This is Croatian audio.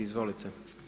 Izvolite.